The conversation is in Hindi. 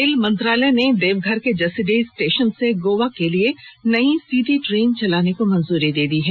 रेल मंत्रालय ने देवघर के जसीडीह स्टेशन से गोवा के लिए नई सीधी ट्रेन चलाने को मंजूरी दे दी है